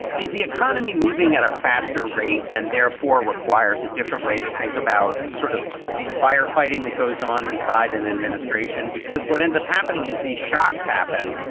is the economy moving at a faster rate and therefore requires a different way to think about sort of firefighting that goes on inside an administration? because what ends up happening is these shocks happen,